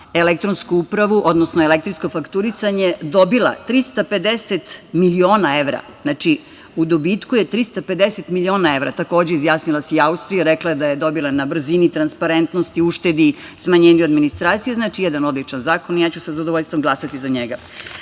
elektronsku upravu, odnosno elektronsko fakturisanje, dobila 350 miliona evra, znači u dobitku je 350 miliona evra. Takođe, izjasnila se i Austrija, rekla je da je dobila na brzini, transparentnosti, uštedi, smanjenju administracije. Znači, jedan odličan zakon i ja ću sa zadovoljstvom glasati za njega. Sada